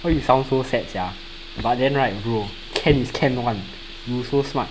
why you sound so sad sia but then right bro can is can one you so smart